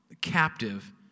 captive